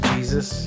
Jesus